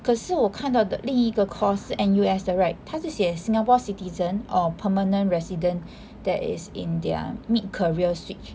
可是我看到的另一 course 是 N_U_S 的 right 他是写 singapore citizen or permanent resident that is in their mid career switch